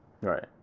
Right